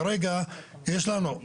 כרגע יש לנו,